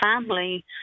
family